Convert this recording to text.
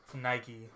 Nike